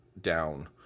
down